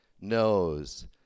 knows